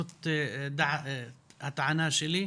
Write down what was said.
זאת הטענה שלי.